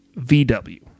VW